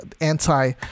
anti